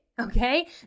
Okay